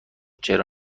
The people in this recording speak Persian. چرا